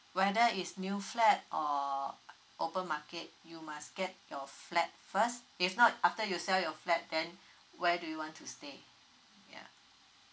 whether it's new flat or open market you must get your flat first if not after you sell your flat then where do you want to stay ya